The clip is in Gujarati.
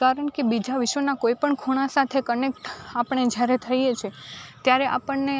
કારણકે બીજા વિશ્વના કોઈ પણ ખૂણા સાથે કનેક્ટ આપણે જ્યારે થઈએ છે ત્યારે આપણને